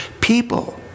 people